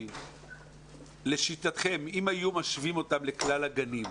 אם היו משווים אותם לכלל המערכות,